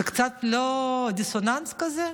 זה לא קצת דיסוננס כזה?